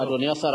אדוני השר,